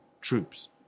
troops